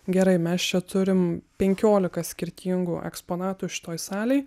gerai mes čia turim penkiolika skirtingų eksponatų šitoj salėj